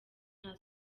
nta